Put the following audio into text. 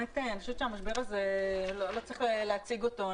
אני חושבת שהמשבר הזה, לא צריך להציג אותו.